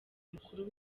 mukuru